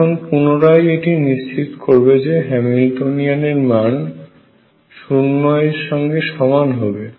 এখন পুনরায় এটি নিশ্চিত করবে যে হ্যামিল্টনিয়ান এর মান 0 এর সঙ্গে সমান হবে